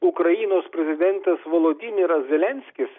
ukrainos prezidentas volodimiras zelenskis